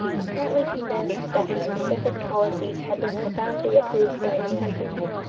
apparently convinced that his pacific policies had been profoundly approved by his countrymen,